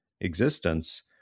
existence